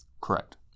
Correct